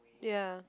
ya